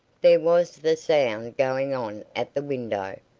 there was the sound going on at the window,